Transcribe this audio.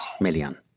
Million